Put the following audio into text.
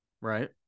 right